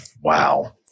Wow